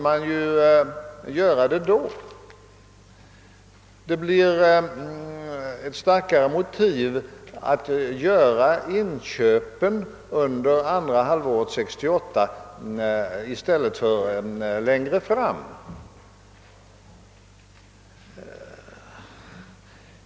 Vårt förslag innebär därför motiv att göra inköpen under andra halvåret 1968 och inte uppskjuta dem till längre fram.